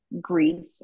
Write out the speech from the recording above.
grief